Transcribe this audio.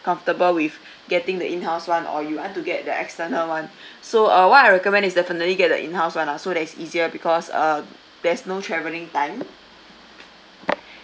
comfortable with getting the in house [one] or you want to get the external [one] so uh what I recommend is definitely get the in house [one] ah so that it's easier because uh there's no travelling time